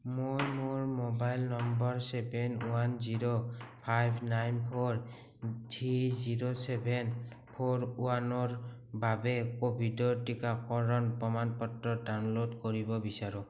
মই মোৰ mobile number seven one zero five nine four three zero seven four ওৱানৰ বাবে কোভিডৰ টিকাকৰণ প্ৰমাণ পত্ৰ ডাউনল'ড কৰিব বিচাৰোঁ